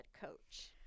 coach